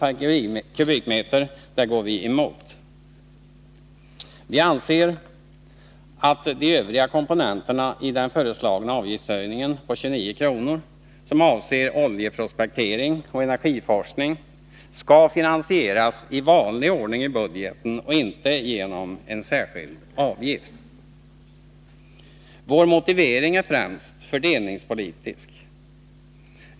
per kubikmeter, går vi emot. Vi anser att de övriga komponenterna i fråga om den föreslagna avgiftshöjningen på 29 kr. som avser oljeprospektering och energiforskning skall finansieras i vanlig ordning i budgeten och inte genom en särskild avgift. Vår motivering är främst fördelningspolitisk.